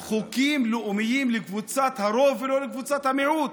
חוקים לאומיים לקבוצת הרוב ולא לקבוצת המיעוט,